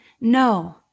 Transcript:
No